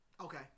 Okay